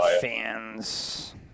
fans